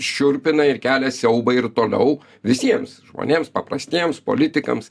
šiurpina ir kelia siaubą ir toliau visiems žmonėms paprastiems politikams